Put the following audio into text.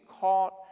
caught